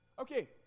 Okay